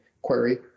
query